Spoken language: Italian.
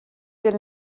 del